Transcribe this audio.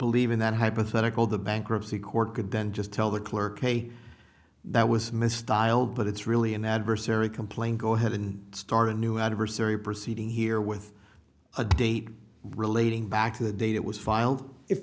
believe in that hypothetical the bankruptcy court could then just tell the clerk a that was misdialed but it's really an adversary complaint go ahead and start a new adversary proceeding here with a date relating back to the date it was filed if